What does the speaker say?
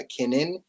McKinnon